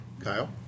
Kyle